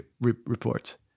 reports